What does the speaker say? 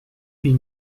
huit